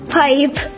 pipe